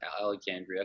Alexandria